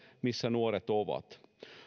missä nuoret ovat